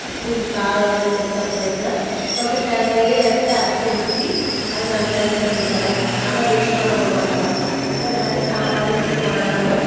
உப்பு இ காரம் எதாச்சி எக்ஸ்ச்சா போயிருச்சுனா கொஞ்சம் தேங்காய் எடுத்து அரைச்சி ஊற்றி அது நான் கரெக்ட் பண்ணிடுவேன் ஆனால் வேஸ்ட் பண்ண விட மாட்டோம் அதே மாதிரி சாம்பார் மிச்சமானாலும்